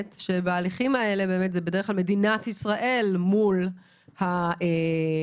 בהליכים האלה זו מדינת ישראל מול הנאשם.